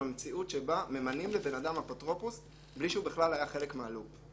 המציאות שבה ממנים לאדם אפוטרופוס בלי שהוא בכלל היה חלק מה"לופ".